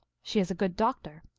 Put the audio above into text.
she is a good doctor.